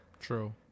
True